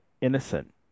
innocent